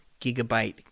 gigabyte